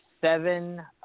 seven